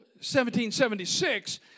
1776